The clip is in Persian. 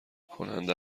کننده